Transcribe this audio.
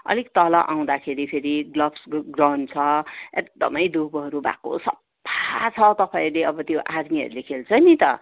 अलिक तल आउँदाखेरि फेरि ब्लक्स ग्रुप ग्राउन्ड छ एकदमै दुबोहरू भएको सफा छ तपाईँले अब त्यो आर्मीहरूले खेल्छ नि त